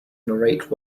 narrate